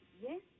Yes